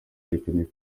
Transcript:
yerekanye